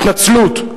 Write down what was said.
התנצלות.